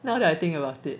now that I think about it